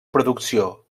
producció